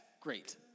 Great